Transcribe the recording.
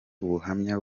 ubuhamya